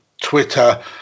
Twitter